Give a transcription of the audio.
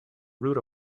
root